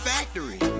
Factory